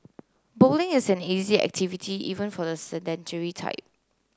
bowling is an easy activity even for the sedentary type